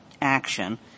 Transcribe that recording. action